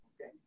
okay